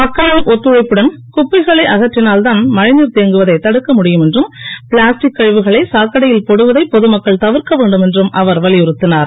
மக்களின் ஒத்துழைப்புடன் குப்பைகளை அகற்றினால்தான் மழைநீர் தேங்குவதை தடுக்க முடியும் என்றும் பிளாஸ்டிக் கழிவுகளை சாக்கடையில் போடுவதை பொதுமக்கள் தவிரக்க வேண்டும் என்றும் அவர் வலியுறுத்தினார்